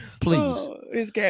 Please